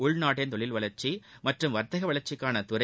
உள்நாட்டின் தொழில்வளர்ச்சி மற்றும் வர்த்தக வளர்ச்சிக்கான துறை